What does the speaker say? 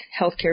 healthcare